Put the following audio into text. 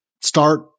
start